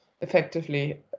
effectively